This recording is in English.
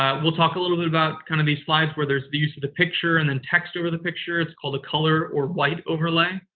we'll talk a little bit about kind of these slides where there's the use of the picture and then text over the picture. it's called a color or write overlay.